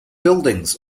buildings